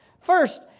First